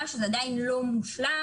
שזה עדיין לא מושלם,